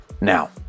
Now